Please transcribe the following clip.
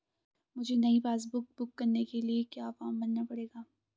मुझे नयी passbook book लेने के लिए क्या फार्म भरना पड़ेगा?